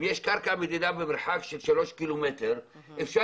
אם יש קרקע מדינה במרחק של שלושה קילומטר אפשר